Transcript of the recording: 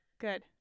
Good